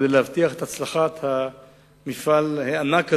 כדי להבטיח את הצלחת המפעל הענק הזה,